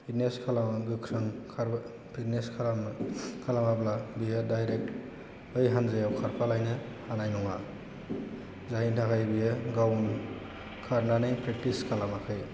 fitness खालामनो गोख्रों खारनाय फिटनेस खालामाब्ला बियो डायरेक्ट बै हान्जायाव खारफालायनो हानाय नङा जायनि थाखाय बियो गावनो खारनानै प्रेक्टिस खालामाखै